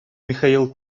михаил